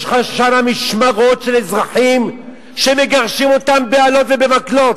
יש לך שם משמרות של אזרחים שמגרשים אותם באלות ובמקלות.